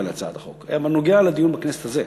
להצעת החוק אבל נוגע לדיון בכנסת הזאת.